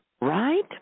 Right